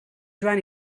joan